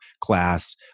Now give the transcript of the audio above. class